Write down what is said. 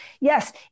Yes